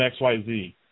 XYZ